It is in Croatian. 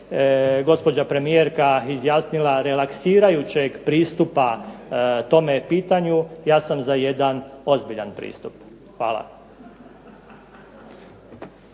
gospođa premijerka izjasnila relaksirajućeg pristupa tome pitanju ja sam za jedan ozbiljan pristup. Hvala.